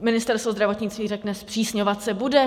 Ministerstvo zdravotnictví řekne, zpřísňovat se bude.